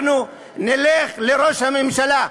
אנחנו נלך לראש הממשלה,